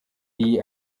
iyi